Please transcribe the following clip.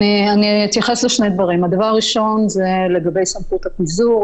אני אתייחס לשני דברים: הדבר הראשון הוא לגבי סמכות הפיזור.